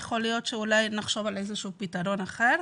יכול להיות שאולי נחשוב על פתרון אחר.